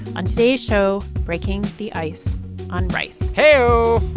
on today's show breaking the ice on rice hey oh